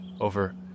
over